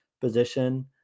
position